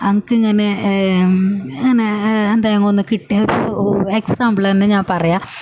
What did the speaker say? അനക്കിങ്ങനെ ഇങ്ങനെ എന്തേങ്കിലും ഒന്ന് കിട്ടിയാൽ എക്സാബിൾ തന്നെ ഞാൻ പറയാം